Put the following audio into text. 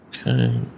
Okay